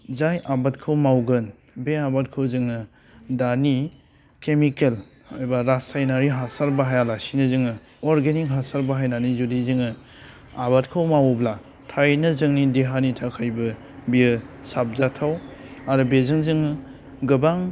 जाय आबादखौ मावगोन बे आबादखौ जोङो दानि केमिकेल एबा रासायनारि हासार बाहायालासिनो जोङो अरगेनिक हासार बाहायनानै जुदि जोङो आबादखौ मावोब्ला थारैनो जोंनि देहानि थाखायबो बियो साबजाथाव आरो बेजों जों गोबां